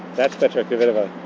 that's petra kvitova.